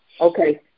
Okay